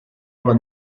were